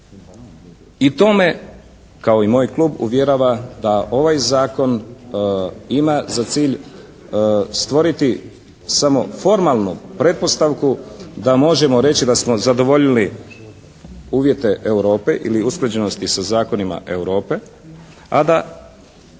i to me kao i moj klub uvjerava da ovaj zakon ima za cilj stvoriti samo formalnu pretpostavku da možemo reći da smo zadovoljili uvjete Europe ili usklađenosti sa zakonima Europe a da